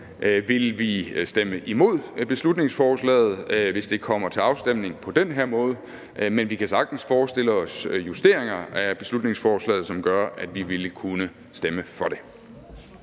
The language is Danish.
vil vi stemme imod beslutningsforslaget, hvis det kommer til afstemning på den her måde, men vi kan sagtens forestille os justeringer af beslutningsforslaget, som gør, at vi vil kunne stemme for det.